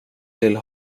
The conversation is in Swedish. till